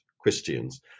Christians